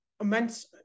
immense